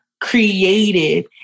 created